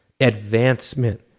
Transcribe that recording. advancement